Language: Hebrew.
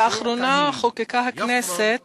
לאחרונה חוקקה הכנסת